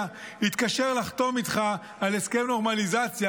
יתקשר לחתום איתך על הסכם נורמליזציה,